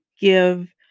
give